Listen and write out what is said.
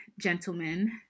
gentlemen